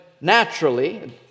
naturally